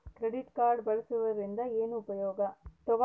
Credit card ಬಳಸುವದರಿಂದ ಏನು ಉಪಯೋಗ?